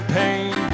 pain